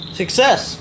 success